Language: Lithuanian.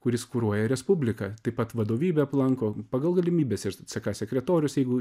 kuris kuruoja respubliką taip pat vadovybę aplanko pagal galimybes ir ck sekretorius jeigu